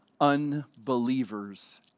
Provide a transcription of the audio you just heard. unbelievers